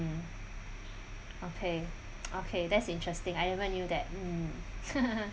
mm okay okay that's interesting I never knew that mm